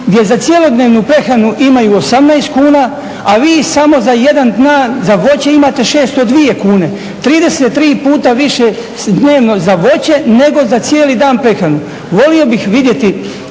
gdje za cjelodnevnu prehranu imaju 18 kuna a vi samo za jedan dan za voće imate 602 kune. 33 puta više dnevno za voće nego za cijeli dan prehranu. Volio bih vidjeti